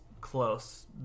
close